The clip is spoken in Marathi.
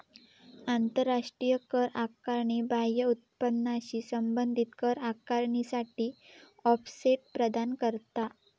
आंतराष्ट्रीय कर आकारणी बाह्य उत्पन्नाशी संबंधित कर आकारणीसाठी ऑफसेट प्रदान करता